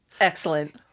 Excellent